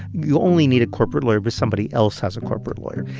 you only need a corporate lawyer because somebody else has a corporate lawyer.